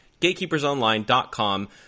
GatekeepersOnline.com